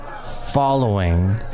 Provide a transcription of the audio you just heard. following